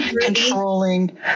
controlling